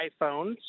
iPhones